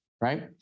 right